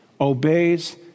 obeys